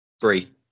Three